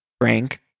Frank